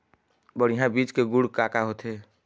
बढ़िया बीज के गुण का का होथे?